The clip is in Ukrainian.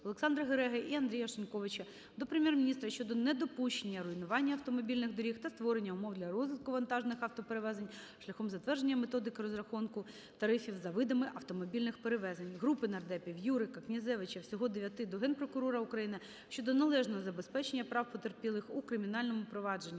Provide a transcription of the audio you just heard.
Олександра Гереги і Андрія Шиньковича до Прем'єр-міністра щодо недопущення руйнування автомобільних доріг та створення умов для розвитку вантажних автоперевезень шляхом затвердження методики розрахунку тарифів за видами автомобільних перевезень. Групи народних депутатів (Юрика, Князевича... Всього дев'яти) до Генпрокурора України щодо належного забезпечення прав потерпілих у кримінальному провадженні